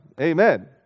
amen